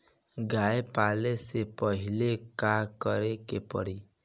गया पाले से पहिले का करे के पारी?